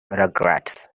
rugrats